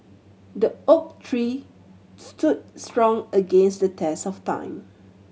the oak tree stood strong against the test of time